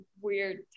weird